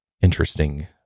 interesting